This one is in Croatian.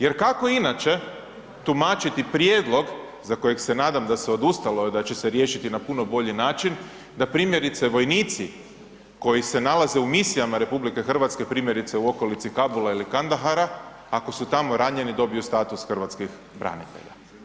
Jer kako inače tumačiti prijedlog za kojeg se nadam da se odustalo i da će se riješiti na puno bolji način da primjerice vojnici koji se nalaze u misijama RH primjerice u okolici Kabula ili Kandahara ako su tamo ranjeni dobiju status hrvatskih branitelja.